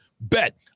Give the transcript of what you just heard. Bet